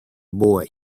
boy